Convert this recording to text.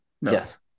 Yes